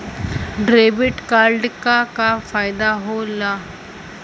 Debit card क का फायदा हो ला?